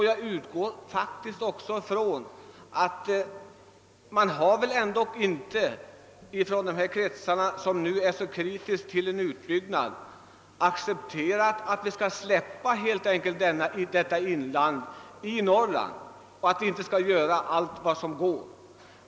Jag utgår faktiskt också från att dessa kretsar, som nu är så kritiska mot en utbyggnad, väl ändå inte accepterat att vi skall helt enkelt överge detta inland i Norrland och att vi inte skall göra allt som går att göra.